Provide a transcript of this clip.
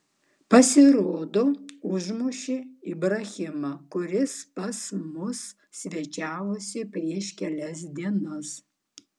pasirodo užmušė ibrahimą kuris pas mus svečiavosi prieš kelias dienas